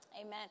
Amen